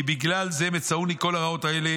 "ואדע כי בגלל זה מצאוני כל הרעות האלה